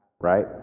right